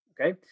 okay